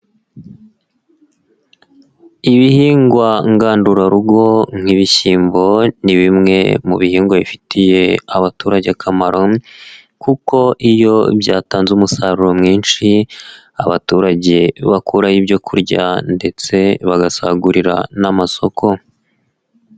Ibihingwa ngandurarugo nk'ibishyimbo, ni bimwe mu bihingwa bifitiye abaturage akamaro kuko iyo byatanze umusaruro mwinshi, abaturage bakuraho ibyo kurya ndetse bagasagurira n'amasoko.